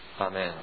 amen